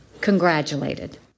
congratulated